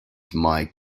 mike